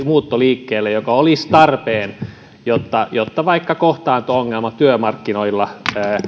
muuttoliikkeelle joka olisi tarpeen jotta jotta vaikka kohtaanto ongelma työmarkkinoilla